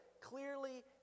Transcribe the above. clearly